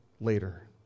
later